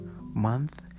month